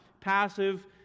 Passive